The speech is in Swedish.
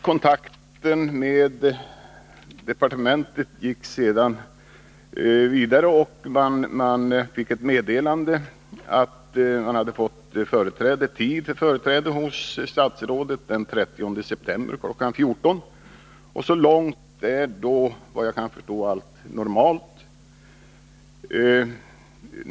Kontakterna med departementet gick sedan vidare, och kommunen fick meddelande om att dess representanter hade fått tid för företräde hos statsrådet den 30 september kl. 14.00. Så långt är, såvitt jag kan förstå, allt normalt.